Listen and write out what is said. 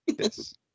Yes